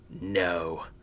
no